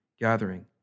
gathering